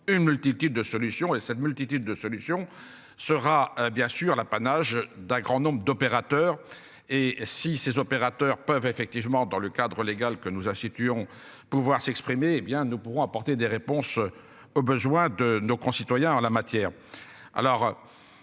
une multitude de solutions et sa multitude de solutions sera bien sûr l'apanage d'un grand nombre d'opérateurs et si ces opérateurs peuvent effectivement dans le cadre légal que nous incitions. Pouvoir s'exprimer, hé bien nous pourrons apporter des réponses. Aux besoins de nos concitoyens en la matière.